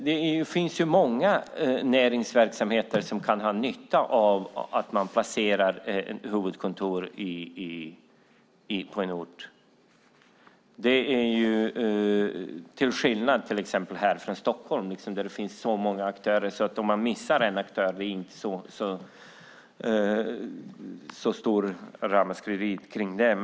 Det finns många näringsverksamheter som kan dra nytta av att man placerar ett huvudkontor på en mindre ort, till skillnad från till exempel Stockholm, där det finns så många aktörer att det inte blir något ramaskri om man missar en aktör.